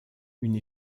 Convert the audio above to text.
une